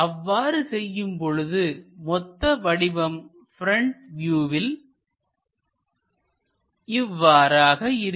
அவ்வாறு செய்யும் பொழுது மொத்த வடிவம் ப்ரெண்ட் வியூவில் இவ்வாறாக இருக்கும்